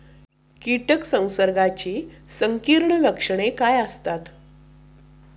कीटक संसर्गाची संकीर्ण लक्षणे काय असतात?